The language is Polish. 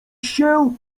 się